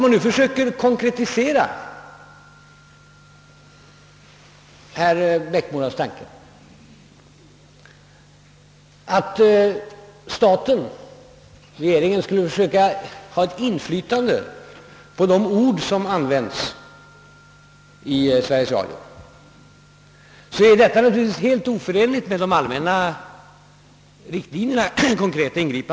Att försöka konkretisera herr Erikssons i Bäckmora tanke att regeringen skall försöka ha ett inflytande på de ord som användes av Sveriges Radio är naturligtvis helt oförenligt med de allmänna riktlinjerna.